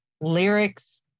lyrics